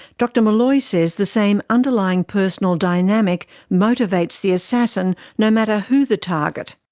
dr meloy says the same underlying personal dynamic motivates the assassin no matter who the target.